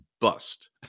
bust